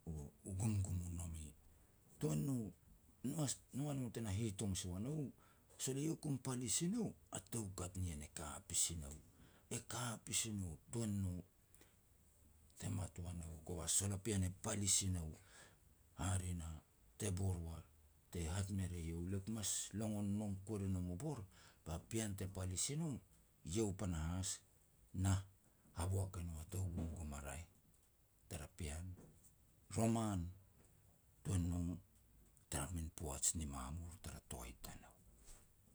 u gumgum u nome. Tun no noa no te na hitom si ua nou u, sol eiau e kum palis i nou, a toukat nien e ka pasi nou. E ka pasi nou tuan no te mat ua nou u, kove sol a pean e palis i nou, hare na te bor war, te hat me re iau, le mas longon nom kuer e nom u bor ba pean te palis i no, iau panahas nah, haboak e nou a tou gumgum a raeh tara pean roman, tuan no tara min poaj ni mamur tara toai tanou.